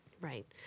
Right